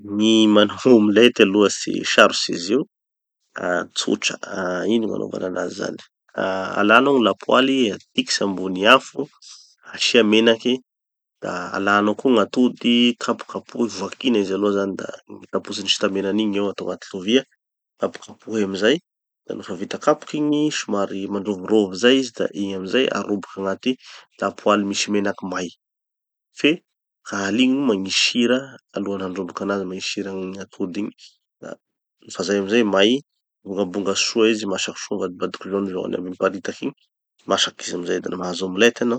Gny manao <laughing tone>omelette aloha tsy sarotsy izy io, ah tsotra. Ah ino gn'anaovana anazy zany? Ah alanao gny lapoaly, atikitsy ambony afo, asia menaky, da alanao koa gn'atody kapokapohy, vakina izy aloha zany da, gny taposiny sy tamenany igny eo atao agnaty lovia. Kapokapohy amizay, da nofa vita kapoky igny, somary mandrovirovy zay izy da igny amizay aroboky agnaty lapoaly misy menaky may. Fe ka haligno magnisy sira alohan'ny handroboky anazy magnisy sira gny atody igny, da nofa zay amizay may, mibongabongatry soa izy masaky soa mivadibadiky jaunejaune aby miparitaky igny, masaky izy amizay da mahazo omelette hanao.